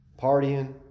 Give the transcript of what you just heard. partying